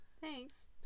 Thanks